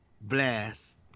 Blast